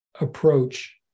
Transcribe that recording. approach